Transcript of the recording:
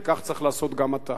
וכך צריך לעשות גם עתה.